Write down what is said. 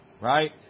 Right